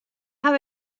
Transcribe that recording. haw